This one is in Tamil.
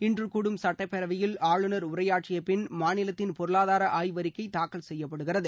இன்று கூடும் சட்டப்பேரவையில் ஆளுநர் உரையாற்றிய பின் மாநிலத்தின் பொருளாதர ஆய்வறிக்கை தாக்கல் செய்யப்படுகிறது